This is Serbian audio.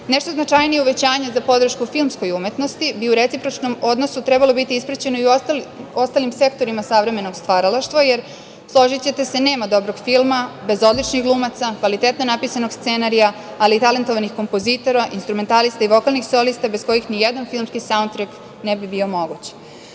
značajnije uvećanje za podršku filmskoj umetnosti bi u recipročnom odnosu trebalo biti ispraćeno i u ostalim sektorima savremenog stvaralaštva, jer složićete se da nema dobrog filma bez odličnih glumaca, kvalitetno napisanog scenarija, ali i talentovanih kompozitora, instrumentaliste i vokalnih solista, bez kojih ni jedan filmski saundtrek ne bi bio